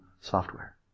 software